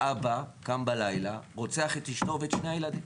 האבא קם בלילה, רוצח את אשתו ואת שני הילדים,